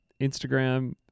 Instagram